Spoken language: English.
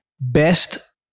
best